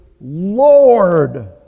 Lord